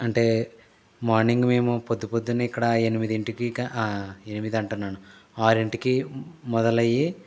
అంటే మార్నింగ్ మేము పొద్దు పొద్దున్నే ఇక్కడ ఎనిమిదింటికి ఇక ఎనిమిదంటన్నాను ఆరింటికి మొదలైయి